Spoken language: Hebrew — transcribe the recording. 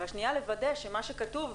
והשניה לוודא שמה שכתוב,